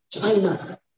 China